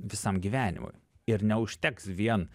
visam gyvenimui ir neužteks vien